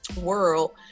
world